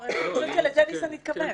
אני חושבת שלזה ניסן התכוון,